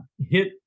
hit